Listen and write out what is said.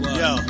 yo